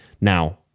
Now